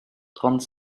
trente